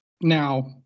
Now